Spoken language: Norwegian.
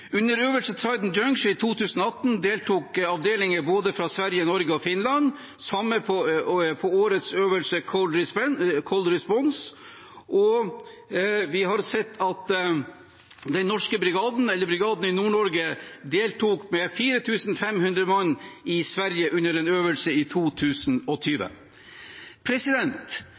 Under øvelsen Trident Juncture i 2018 deltok avdelinger fra både Sverige, Norge og Finland – det samme gjaldt på årets øvelse Cold Response. Vi har sett at den norske brigaden, eller brigaden i Nord-Norge, deltok med 4 500 mann i Sverige under en øvelse i 2020.